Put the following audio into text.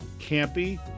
campy